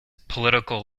political